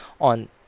on